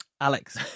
Alex